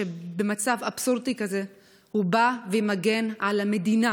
שבמצב אבסורדי כזה הוא בא ומגן על המדינה